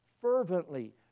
fervently